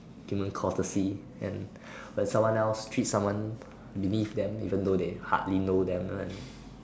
human courtesy and when someone else treats someone believe them even though they hardly know them